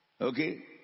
Okay